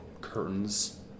curtains